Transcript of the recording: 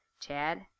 Chad